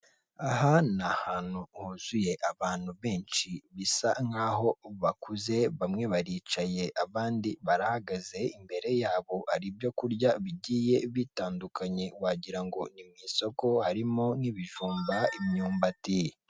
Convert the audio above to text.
Aha ni ahantu huzuye abantu benshi bisa nk'aho bakuze, bamwe baricaye, abandi barahagaze, imbere yabo hari ibyo kurya bigiye bitandukanye wagira ngo ni mu isoko, harimo nk'ibijumba, imyumbati.